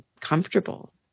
comfortable